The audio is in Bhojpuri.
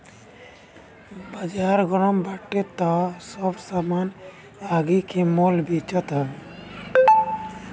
बाजार गरम बाटे तअ सब सामान आगि के मोल बेचात हवे